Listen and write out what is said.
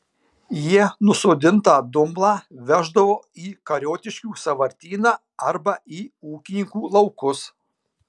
jie nusodintą dumblą veždavo į kariotiškių sąvartyną arba į ūkininkų laukus